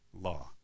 law